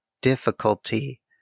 difficulty